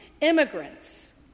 immigrants